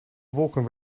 wolken